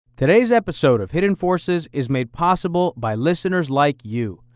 today's episode of hidden forces is made possible by listeners like you.